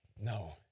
No